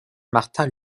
martin